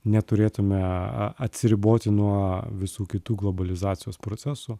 neturėtume atsiriboti nuo visų kitų globalizacijos procesų